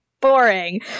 boring